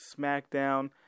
SmackDown